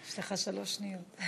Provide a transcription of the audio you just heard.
יש לך שלוש שניות.